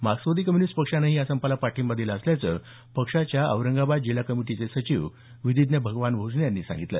माक्सेवादी communist पक्षानेही या संपाला पाठिंबा दिला असल्याचं पक्षाच्या औरंगाबाद जिल्हा कमिटीचे सचिव विधीज्ञ भगवान भोजने यांनी सांगितलं